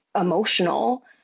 emotional